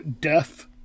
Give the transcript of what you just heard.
Death